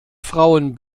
frauen